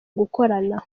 gukorana